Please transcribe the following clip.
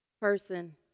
person